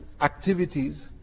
activities